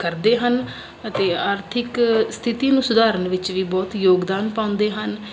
ਕਰਦੇ ਹਨ ਅਤੇ ਆਰਥਿਕ ਸਥਿਤੀ ਨੂੰ ਸੁਧਾਰਨ ਵਿੱਚ ਵੀ ਬਹੁਤ ਯੋਗਦਾਨ ਪਾਉਂਦੇ ਹਨ